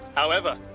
however,